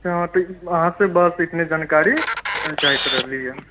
हँ तऽ अहाँ सँ बस एतने जानकारी चाहैत रहलिय